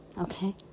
Okay